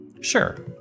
Sure